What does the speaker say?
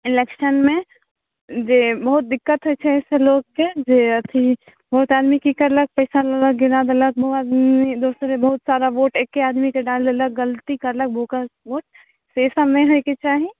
इलेक्शनमे जे बहुत दिक्कत होइत छै से लोकके जे अथी बहुत आदमी की करलक पैसा लऽ गिराय देलक ओ आदमी बहुत सारा वोट एकै आदमीके डाल देलक गलती करलक वोकस वोट से सभ नहि होइके चाही